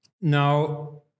Now